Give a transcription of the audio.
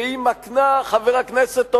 והיא מקנה, חבר הכנסת אורון,